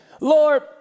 Lord